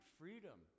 freedom